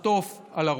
נחטוף על הראש.